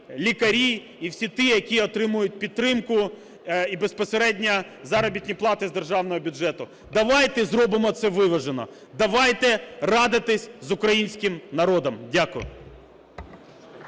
лікарі і всі ті, які отримують підтримку і безпосередньо заробітні плати з державного бюджету. Давайте зробимо це виважено. Давайте радитись з українським народом. Дякую.